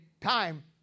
time